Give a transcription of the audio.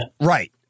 Right